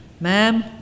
Ma'am